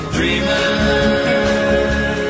Dreaming